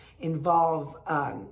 involve